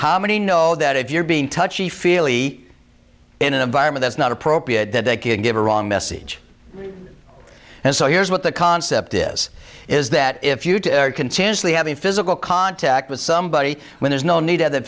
how many know that if you're being touchy feely in an environment that's not appropriate to give a wrong message and so here's what the concept is is that if you to continuously have a physical contact with somebody when there's no need of th